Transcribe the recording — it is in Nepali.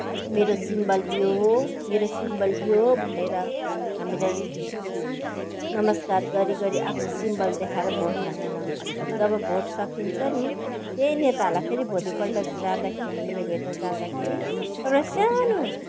मेरो सिम्बल यो हो मेरो सिम्बल यो हो भनेर हामीलाई नमस्कार गरी गरी आफ्नो सिम्बल देखाएर भोट हाल्न लाउँछ जब भोट सकिन्छ नि त्यही नेताहरूलाई फेरि भोलिपल्ट जाँदाखेरि हामीले भेट्न जाँदाखेरि एउटा सानो